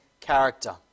character